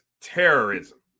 terrorism